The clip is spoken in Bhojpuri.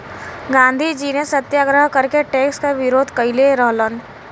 गांधीजी ने सत्याग्रह करके टैक्स क विरोध कइले रहलन